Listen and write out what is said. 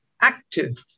active